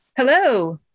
Hello